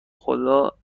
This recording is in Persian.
خدا